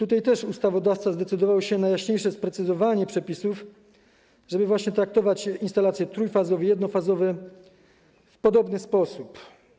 Ustawodawca zdecydował się na jaśniejsze sprecyzowanie przepisów, żeby traktować instalacje trójfazowe i jednofazowe w podobny sposób.